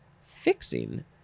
Fixing